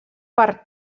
per